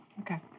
Okay